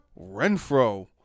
Renfro